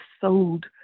sold